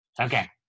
Okay